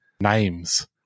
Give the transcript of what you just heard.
names